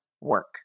work